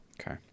okay